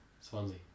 Swansea